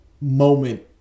moment